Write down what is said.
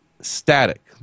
static